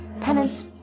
penance